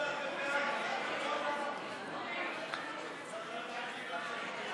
עתירות ידע בצפון ובדרום (סיוע בשכר עובדים),